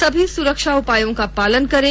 सभी सुरक्षा उपायों का पालन करें